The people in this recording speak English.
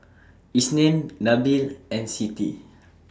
Isnin Nabil and Siti